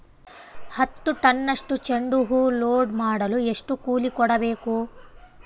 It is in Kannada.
ಹತ್ತು ಟನ್ನಷ್ಟು ಚೆಂಡುಹೂ ಲೋಡ್ ಮಾಡಲು ಎಷ್ಟು ಕೂಲಿ ಕೊಡಬೇಕು?